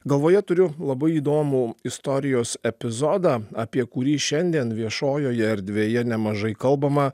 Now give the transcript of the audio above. galvoje turiu labai įdomų istorijos epizodą apie kurį šiandien viešojoje erdvėje nemažai kalbama